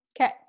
Okay